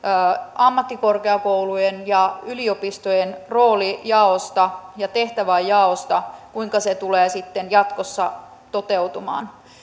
ammattikorkeakoulujen ja yliopistojen roolijaosta ja tehtäväjaosta kuinka se tulee sitten jatkossa toteutumaan